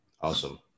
Awesome